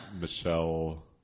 ...Michelle